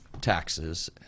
taxes